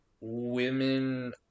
women